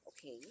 Okay